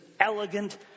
elegant